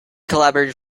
collaborated